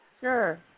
Sure